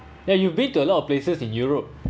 ya you've been to a lot of places in europe